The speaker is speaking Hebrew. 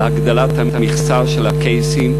על הגדלת המכסה של הקייסים,